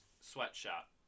sweatshop